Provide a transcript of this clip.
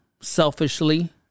selfishly